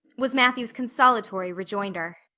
was matthew's consolatory rejoinder.